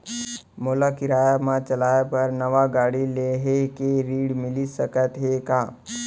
मोला किराया मा चलाए बर नवा गाड़ी लेहे के ऋण मिलिस सकत हे का?